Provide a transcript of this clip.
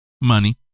money